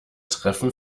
treffen